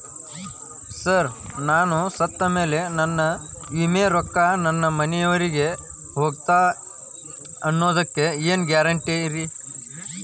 Sir ನಾನು ಸತ್ತಮೇಲೆ ನನ್ನ ವಿಮೆ ರೊಕ್ಕಾ ನನ್ನ ಮನೆಯವರಿಗಿ ಹೋಗುತ್ತಾ ಅನ್ನೊದಕ್ಕೆ ಏನ್ ಗ್ಯಾರಂಟಿ ರೇ?